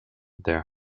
their